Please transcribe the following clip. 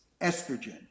estrogen